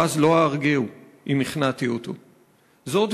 או אז/ לא אהרגהו/ אם הכנעתי אותו.// זאת